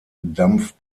dampf